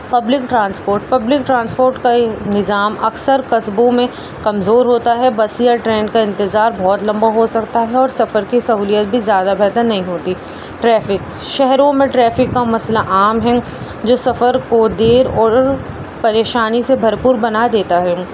public transport public transport کا یہ نظام اکثر قصبوں میں کمزور ہوتا ہے بس یا ٹرین کا انتظار بہت لمبا ہو سکتا ہے اور سفر کی سہولت بھی زیادہ بہتر نہیں ہوتی ٹریفک شہروں میں ٹریفک کا مسئلہ عام ہے جو سفر کو دیر اور پریشانی سے بھر پور بنا دیتا ہے